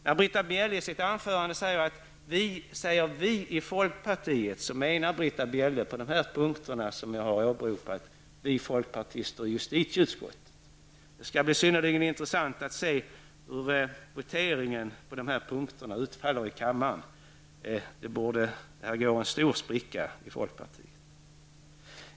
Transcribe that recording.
När Britta Bjelle i sitt anförande säger: Vi i folkpartiet, menar Britta Bjelle, på de punkter, jag här åberopat: Vi folkpartister i justitieutskottet. Det skall bli synnerligen intressant att se hur voteringen angående dessa punkter utfaller i kammaren. Det borde uppenbaras en stor spricka i folkpartiet.